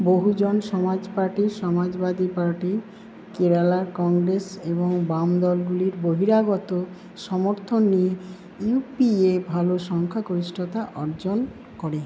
বহুজন Samaj party Samajwadi party Kerala Congress এবং বাম দলগুলির বহিরাগত সমর্থন নিয়ে ইউপিএ ভাল সংখ্যাগরিষ্ঠতা অর্জন করে